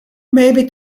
maybe